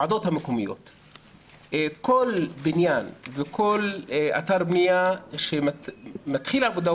כל בניין וכל אתר בנייה שמתחיל עבודה,